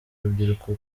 urubyiruko